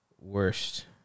worst